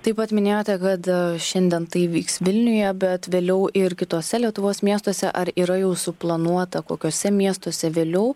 taip pat minėjote kad šiandien tai vyks vilniuje bet vėliau ir kituose lietuvos miestuose ar yra jau suplanuota kokiuose miestuose vėliau